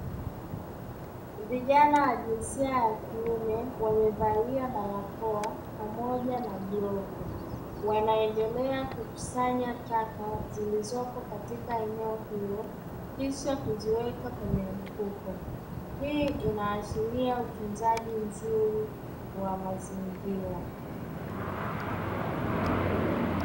Vijana wa jinsia ya kiume wamevalia barakoa pamoja na glavu, wanaendelea kukusanya taka zilizopo katika eneo hilo. Kisha kuziweka kwenye mfuko, hii inaashiria utunzaji mzuri wa mazingira.